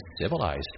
civilized